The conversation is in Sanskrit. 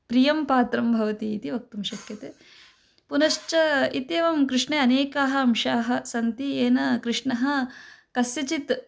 प्रियं पात्रं भवति इति वक्तुं शक्यते पुनश्च इत्येवं कृष्णे अनेकाः अंशाः सन्ति येन कृष्णः कस्यचित्